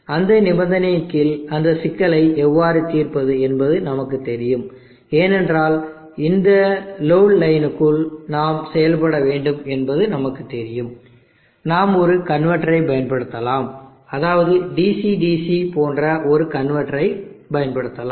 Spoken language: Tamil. அந்த நிபந்தனையின் கீழ் அந்த சிக்கலை எவ்வாறு தீர்ப்பது என்பது நமக்கு தெரியும் ஏனென்றால் இந்த லோடு லைனுக்குள் நாம் செயல்பட வேண்டும் என்பது நமக்கு தெரியும் நாம் ஒரு கன்வெர்ட்டரை பயன்படுத்தலாம் அதாவது DC DC போன்ற ஒரு கன்வெர்ட்டரை பயன்படுத்தலாம்